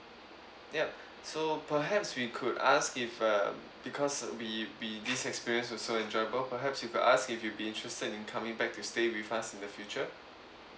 yup so perhaps we could ask if uh because we we these experience was so enjoyable perhaps we could ask if you be interested in coming back to stay with us in the future